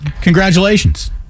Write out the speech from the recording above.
Congratulations